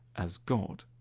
as god.